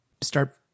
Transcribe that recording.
start